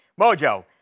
Mojo